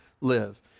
live